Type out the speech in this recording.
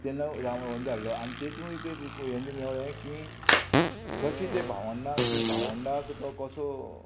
तेन्ना रावन धाडलो आनी तेतूंक एक एक हे मेवलें की कशे ते भावंडाक ती भावंडाक तो कसो